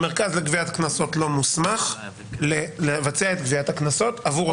המרכז לגביית קנסות לא מוסמך לבצע את גביית הקנסות עבור אותו גוף.